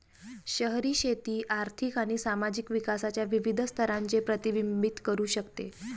शहरी शेती आर्थिक आणि सामाजिक विकासाच्या विविध स्तरांचे प्रतिबिंबित करू शकते